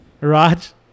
raj